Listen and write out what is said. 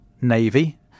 navy